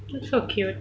that's so cute